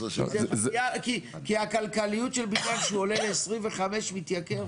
כי הכלכליות של בנין שעולה ל-25 מתייקרת.